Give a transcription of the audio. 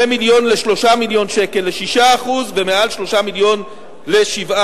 ממיליון ל-3 מיליון שקל ל-6%, ומעל 3 מיליון ל-7%.